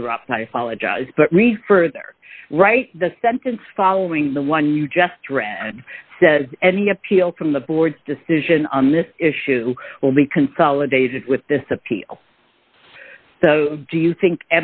interrupt not apologize but read further right the sentence following the one you just read and said any appeal from the board's decision on this issue will be consolidated with this a p m so do you think